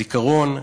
זיכרון,